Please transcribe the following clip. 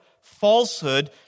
falsehood